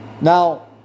Now